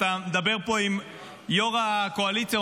אתה מדבר פה עם יו"ר הקואליציה,